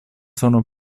sono